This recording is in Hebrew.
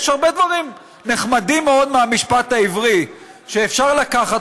יש הרבה דברים נחמדים מאוד מהמשפט העברי שאפשר לקחת.